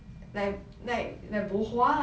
like I get this right might as well